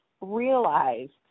realized